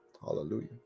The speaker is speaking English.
Hallelujah